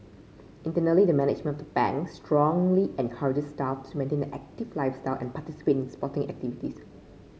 internally the management of the Bank strongly encourages staff to maintain an active lifestyle and participate in sporting activities